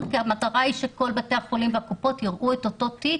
כי המטרה היא שכל בתי החולים והקופות יראו את אותו תיק.